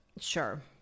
Sure